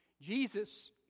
Jesus